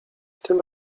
tym